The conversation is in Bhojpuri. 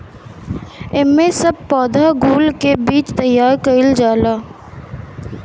एमे सब पौधा कुल से बीज तैयार कइल जाला